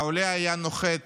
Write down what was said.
העולה היה נוחת